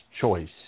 choice